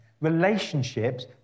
Relationships